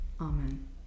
Amen